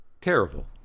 Terrible